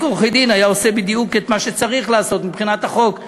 עורכי-דין ועושה בדיוק מה שצריך לעשות מבחינת החוק.